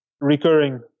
recurring